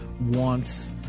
wants